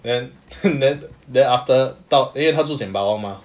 then then then after 到因为她住 sembawang mah